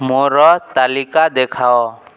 ମୋର ତାଲିକା ଦେଖାଅ